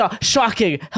Shocking